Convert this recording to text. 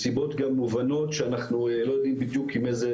מסיבות גם מובנות שאנחנו לא יודעים בדיוק עם איזו